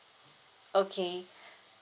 okay